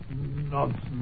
Nonsense